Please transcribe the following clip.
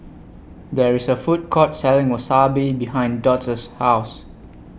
There IS A Food Court Selling Wasabi behind Dot's House